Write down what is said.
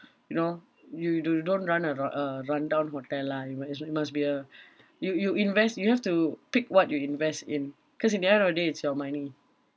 you know you do~ don't run a ru~ uh rundown hotel lah it mu~ it must be a you you invest you have to pick what you invest in cause in the end of the day it's your money